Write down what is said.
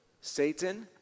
Satan